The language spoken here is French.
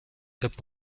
top